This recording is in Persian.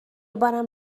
بارم